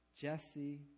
Jesse